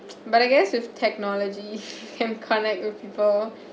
but I guess with technologies can connect with people